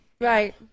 Right